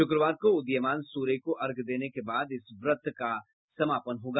शुक्रवार को उदीयमान सूर्य को अर्घ्य देने के बाद इस व्रत का समापन होगा